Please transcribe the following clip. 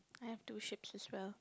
I have two ships as well